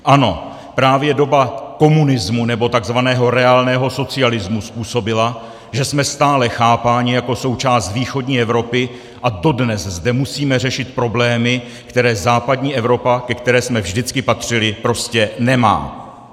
Ano, právě doba komunismu, nebo tzv. reálného socialismu způsobila, že jsme stále chápáni jako součást východní Evropy a dodnes zde musíme řešit problémy, které západní Evropa, ke které jsme vždycky patřili, prostě nemá.